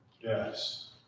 Yes